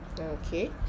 Okay